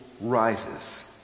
rises